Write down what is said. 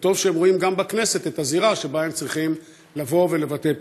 טוב שהן רואות גם בכנסת את הזירה שבה הן צריכות לבטא פעילות.